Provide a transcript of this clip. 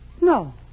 No